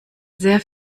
sehr